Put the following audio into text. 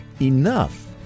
enough